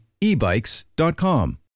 ebikes.com